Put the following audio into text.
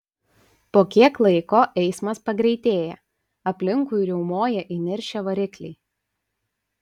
po kiek laiko eismas pagreitėja aplinkui riaumoja įniršę varikliai